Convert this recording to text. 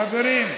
חברים,